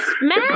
man